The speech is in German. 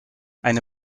eine